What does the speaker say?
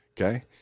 Okay